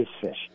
fish